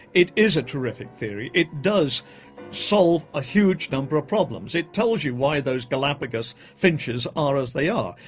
it is a terrific theory, it does solve a huge number of problems, it tells you why those galapagos finches are as they are.